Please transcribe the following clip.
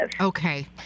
Okay